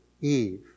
Eve